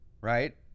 right